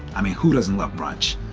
i mean, who doesn't love brunch?